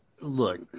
Look